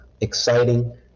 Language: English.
exciting